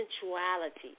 sensuality